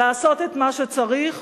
לעשות את מה שצריך